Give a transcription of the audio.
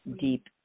deep